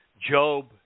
Job